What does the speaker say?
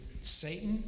Satan